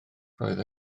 roedd